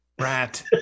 rat